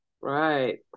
Right